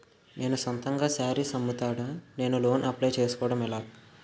నేను సొంతంగా శారీస్ అమ్ముతాడ, నేను లోన్ అప్లయ్ చేసుకోవడం ఎలా?